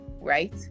right